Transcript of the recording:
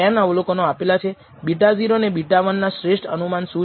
β0 અને β1 ના શ્રેષ્ઠ અનુમાન શું છે